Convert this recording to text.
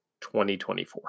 2024